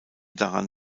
daran